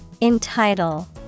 Entitle